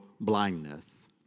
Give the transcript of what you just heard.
blindness